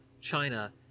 China